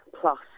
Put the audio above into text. plus